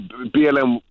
BLM